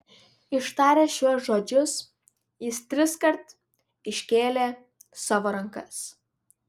ištaręs šiuos žodžius jis triskart iškėlė savo rankas